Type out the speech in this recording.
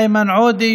איימן עודה,